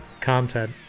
Content